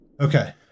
Okay